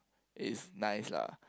is nice lah